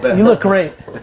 but you look great.